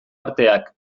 arteak